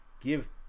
give